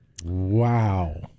wow